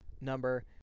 number